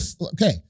okay